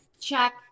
check